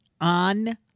on